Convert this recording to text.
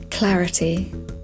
clarity